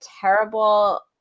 terrible